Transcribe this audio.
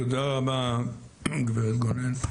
תודה רבה, גברת גונן.